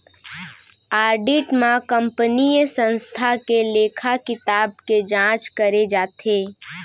audit म कंपनीय संस्था के लेखा किताब के जांच करे जाथे